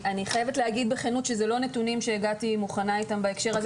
אני חייבת להגיד בכנות שאלה לא נתונים שהגעתי מוכנה איתם בהקשר הזה.